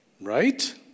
Right